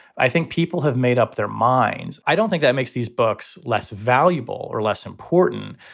i think people have made up their minds. i don't think that makes these books less valuable or less important.